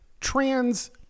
trans